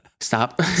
stop